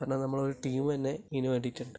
കാരണം നമ്മളെ ഒരു ടീം തന്നെ ഇതിനു വേണ്ടിയിട്ടുണ്ട്